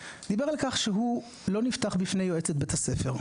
דיבר על כך שהוא לא נפתח בפני יועצת בית הספר,